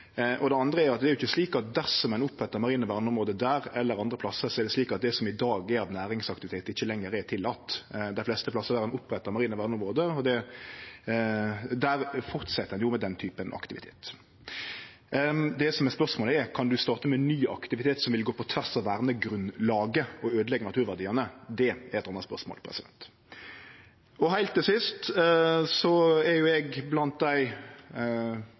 Det andre er at det ikkje er slik at dersom ein opprettar marine verneområde der eller andre plassar, er det som i dag er av næringsaktivitet, ikkje lenger tillate. På dei fleste plassar der ein opprettar marine verneområde, fortset ein med den typen aktivitet. Det som er spørsmålet, er: Kan ein starte med ny aktivitet som vil gå på tvers av vernegrunnlaget og øydeleggje naturverdiane? Det er eit anna spørsmål. Heilt til sist: Eg er blant dei